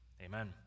Amen